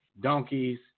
donkeys